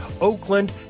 Oakland